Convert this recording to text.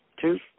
two